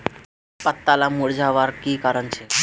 पत्ताला मुरझ्वार की कारण छे?